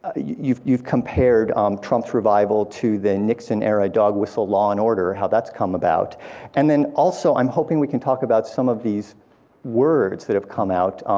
ah you've you've compared um trump's revival to the nixon era dog whistle law and order, how that's come about and then also, i'm hoping we can talk about some of these words that have come out,